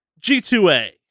G2A